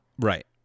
Right